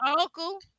uncle